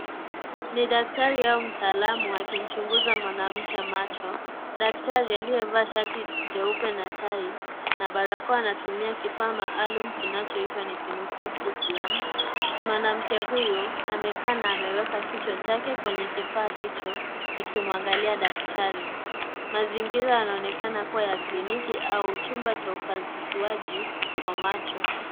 Ni daktari au mtaalamu akimchunguza mwanamke macho, daktari aliye vaa shati, jeupe na tai, na barakoa anatumia kifaa maalum kinachoitwa nikinukuu (cs)sitram(cs), mwanamke huyu, amekaa na ameweka kichwa chake kwenye kifaa hicho, akimwangalia daktari, mazingira yanaonekana kuwa ya kliniki au, chumba cha upasuajibwa macho.